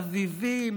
אביבים,